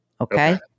Okay